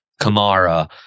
Kamara